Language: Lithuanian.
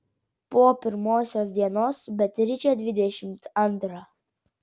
po pirmosios dienos beatričė dvidešimt antra